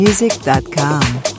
Music.com